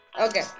Okay